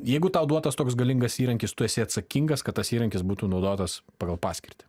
jeigu tau duotas toks galingas įrankis tu esi atsakingas kad tas įrankis būtų naudotas pagal paskirtį